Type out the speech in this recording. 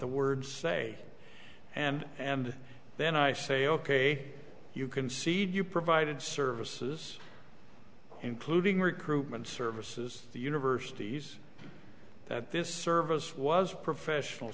the words say and and then i say ok you concede you provided services including recruitment services the universities this service was professional